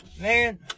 Man